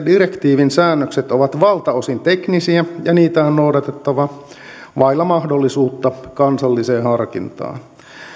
direktiivin säännökset ovat valtaosin teknisiä ja niitä on noudatettava vailla mahdollisuutta kansalliseen harkintaan